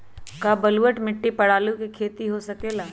का बलूअट मिट्टी पर आलू के खेती हो सकेला?